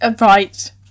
right